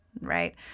right